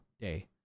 day